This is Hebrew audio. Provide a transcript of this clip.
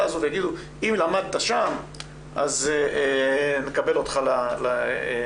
הזאת ויגידו 'אם למדת שם נקבל אותך לעבודה'.